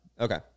Okay